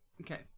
Okay